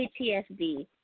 PTSD